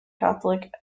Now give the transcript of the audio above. catholic